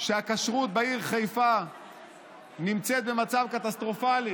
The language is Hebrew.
שהכשרות בעיר חיפה נמצאת במצב קטסטרופלי